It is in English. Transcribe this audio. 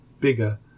bigger